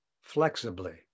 flexibly